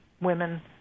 women